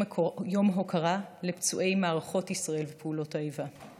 הוקרה לפצועי מערכות ישראל ופעולות האיבה.